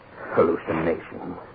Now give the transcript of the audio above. Hallucination